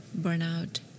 burnout